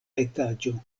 etaĝo